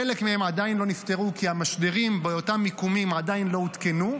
חלק מהם עדיין לא נפתרו כי המשדרים באותם מיקומים עדיין לא הותקנו,